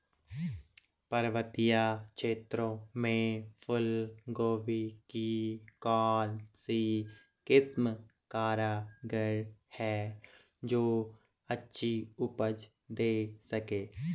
पर्वतीय क्षेत्रों में फूल गोभी की कौन सी किस्म कारगर है जो अच्छी उपज दें सके?